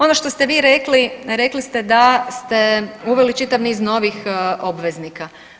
Ono što ste vi rekli rekli ste da ste uveli čitav niz novih obveznika.